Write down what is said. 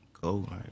Go